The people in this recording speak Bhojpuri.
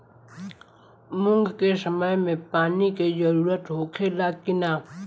मूंग के समय मे पानी के जरूरत होखे ला कि ना?